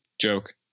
joke